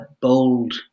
bold